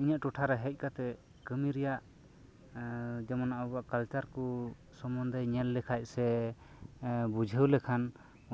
ᱤᱧᱟᱹᱜ ᱴᱚᱴᱷᱟ ᱨᱮ ᱦᱮᱡ ᱠᱟᱛᱮ ᱠᱟᱹᱢᱤ ᱨᱮᱭᱟᱜ ᱦᱚᱸ ᱡᱮᱢᱚᱱ ᱟᱵᱚᱣᱟᱜ ᱠᱟᱞᱪᱟᱨ ᱠᱚ ᱥᱚᱢᱵᱚᱱᱫᱷᱮᱭ ᱧᱮᱞ ᱞᱮᱠᱷᱟᱱ ᱥᱮᱭ ᱵᱩᱡᱷᱟᱹᱣ ᱞᱮᱠᱷᱟᱱ